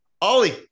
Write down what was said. Ollie